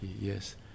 yes